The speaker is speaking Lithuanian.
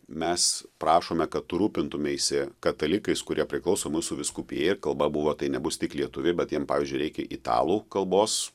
mes prašome kad tu rūpintumeisi katalikais kurie priklauso mūsų vyskupijai kalba buvo tai nebus tik lietuviai bet jiem pavyzdžiui reikia italų kalbos